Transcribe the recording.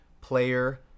Player